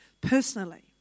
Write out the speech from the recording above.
personally